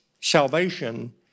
salvation